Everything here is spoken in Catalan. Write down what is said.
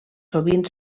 sovint